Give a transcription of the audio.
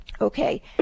okay